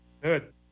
good